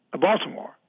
Baltimore